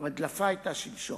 ההדלפה היתה שלשום,